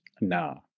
No